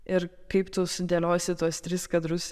ir kaip tu sudėliosi tuos tris kadrus